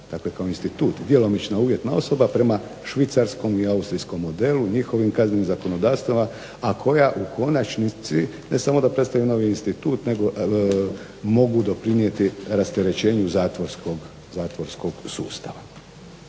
Dakle, kao institut djelomična uvjetna osuda prema švicarskom i austrijskom modelu, njihovih kaznenim zakonodavstvima a koja u konačnici ne samo da predstavlja novi institut nego mogu doprinijeti rasterećenju zatvorskog sustava.